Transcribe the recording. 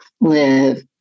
live